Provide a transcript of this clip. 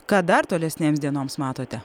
ką dar tolesnėms dienoms matote